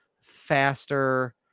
Faster